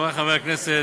חברי חברי הכנסת,